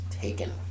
taken